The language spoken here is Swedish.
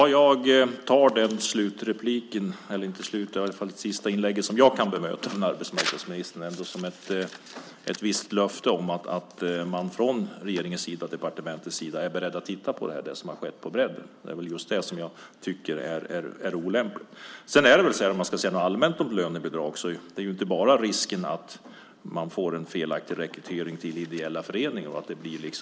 Herr talman! Jag tar detta inlägg - det sista inlägg från arbetsmarknadsministern som jag kan bemöta i denna debatt - som ett löfte om att man från regeringens sida och från departementet är beredd att titta på det som har skett på bredden. Det är just detta jag tycker är olämpligt. Problemet med lönebidraget handlar inte bara om risken för att man får en felaktig rekrytering till ideella föreningar.